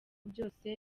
byose